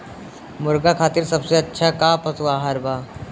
मुर्गा खातिर सबसे अच्छा का पशु आहार बा?